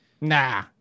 Nah